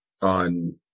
on